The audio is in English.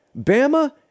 Bama